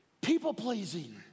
People-pleasing